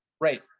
Right